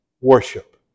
worship